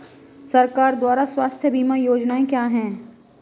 सरकार द्वारा स्वास्थ्य बीमा योजनाएं क्या हैं?